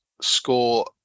score